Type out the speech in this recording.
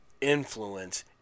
influence